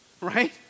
Right